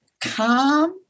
calm